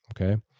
Okay